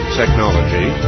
technology